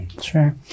Sure